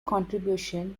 contribution